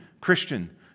Christian